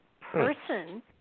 person